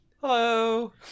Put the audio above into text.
Hello